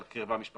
על קרבה משפחתית,